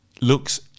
looks